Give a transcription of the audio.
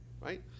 right